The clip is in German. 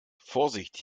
vorsicht